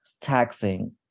taxing